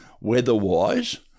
weather-wise